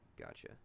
Gotcha